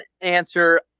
answer